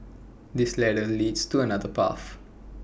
this ladder leads to another path